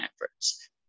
efforts